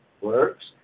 works